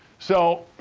so